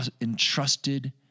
entrusted